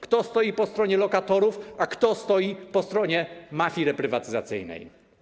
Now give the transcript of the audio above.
Kto stoi po stronie lokatorów, a kto stoi po stronie mafii reprywatyzacyjnej.